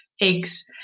eggs